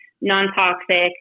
Non-toxic